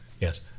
Yes